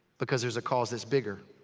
because there's a cause that's bigger.